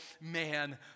man